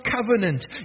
covenant